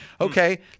okay